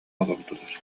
олордулар